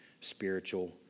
spiritual